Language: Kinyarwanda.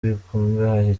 bikungahaye